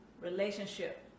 relationship